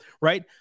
right